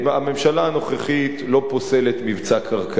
הממשלה הנוכחית לא פוסלת מבצע קרקעי.